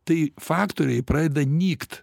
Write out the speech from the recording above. tai faktoriai pradeda nykt